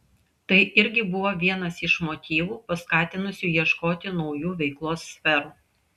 tai irgi buvo vienas iš motyvų paskatinusių ieškoti naujų veiklos sferų